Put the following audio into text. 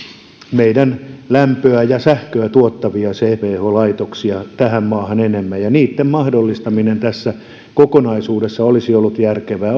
meidän lämpöä ja sähköä tuottavia chp laitoksia tähän maahan enemmän niitten mahdollistaminen tässä kokonaisuudessa olisi ollut järkevää